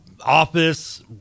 office